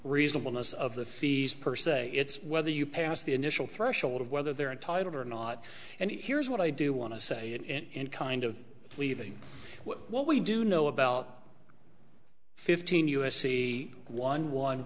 reasonable most of the fees per se it's whether you pass the initial threshold of whether they're entitled or not and here's what i do want to say and kind of leaving what we do know about fifteen us c one one